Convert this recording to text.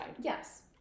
Yes